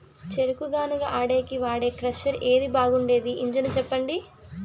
చెరుకు గానుగ ఆడేకి వాడే క్రషర్ ఏది బాగుండేది ఇంజను చెప్పండి?